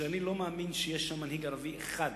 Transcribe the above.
שאני לא מאמין שיש היום מנהיג ערבי אחד